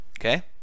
Okay